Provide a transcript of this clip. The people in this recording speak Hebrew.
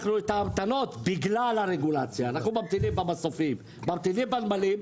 אנחנו ממתינים במסופים, ממתינים בנמלים.